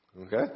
Okay